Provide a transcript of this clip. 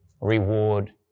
reward